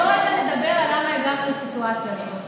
בוא רגע נדבר למה הגענו לסיטואציה הזאת.